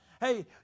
Hey